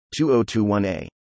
2021a